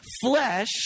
flesh